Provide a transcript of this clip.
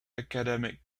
academic